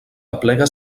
aplega